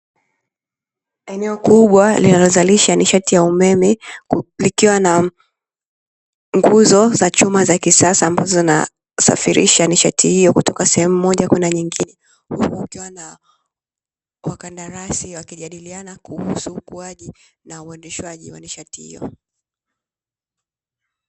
Eneo kubwa linalo zalisha nishati ya umeme likiwa na nguzo za chuma za kisasa ambazo zina safirisha nishati hiyo kutoka sehemu moja kwenda nyengine, huku wakiwa na wakandarasi wakijadiliana kuhusu ukuaji na uendeshwaji wa nishati hiyo.